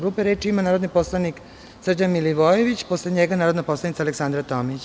Reč ima narodni poslanik Srđan Milivojević, posle njega narodna poslanica Aleksandra Tomić.